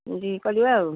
ଇନ୍ତିକି କରିବା ଆଉ